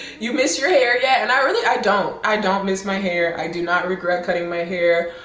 you miss your hair yet? and i really, i don't, i don't miss my hair. i do not regret cutting my hair.